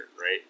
right